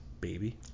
baby